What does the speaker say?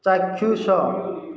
ଚାକ୍ଷୁଷ